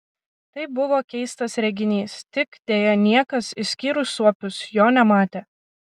tai buvo keistas reginys tik deja niekas išskyrus suopius jo nematė